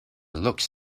looks